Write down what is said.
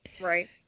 Right